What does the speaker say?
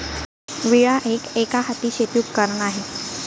विळा एक, एकहाती शेती उपकरण आहे